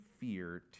fear